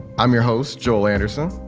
i'm your host, joel anderson,